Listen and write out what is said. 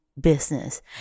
business